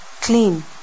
clean